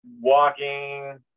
walking